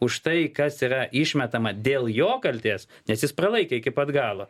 už tai kas yra išmetama dėl jo kaltės nes jis pralaikė iki pat galo